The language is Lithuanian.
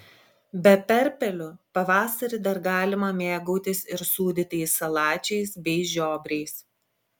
be perpelių pavasarį dar galima mėgautis ir sūdytais salačiais bei žiobriais